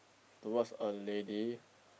towards a lady